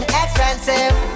expensive